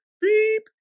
beep